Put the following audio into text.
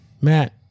Matt